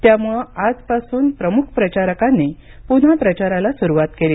त्यामुळे आजपासून प्रमुख प्रचारकांनी पुन्हा प्रचाराला सुरुवात केली